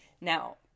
Now